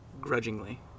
grudgingly